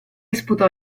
sputò